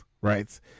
right